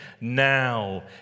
Now